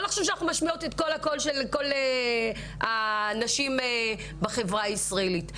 לא לחשוב שאנחנו משמעות את הקול של כל הנשים בחברה הישראלית.